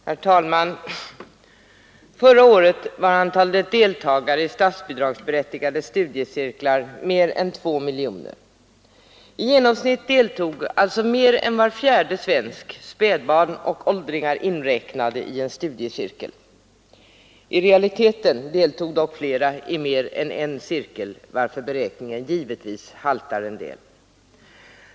Herr talman! Förra året var antalet deltagare i statsbidragsberättigade studiecirklar mer än 2 miljoner. I genomsnitt deltog alltså mer än var fjärde svensk — spädbarn och åldringar inräknade — i en studiecirkel. I realiteten deltog dock flera i mer än en cirkel, varför beräkningen givetvis haltar en del.